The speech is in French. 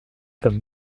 comme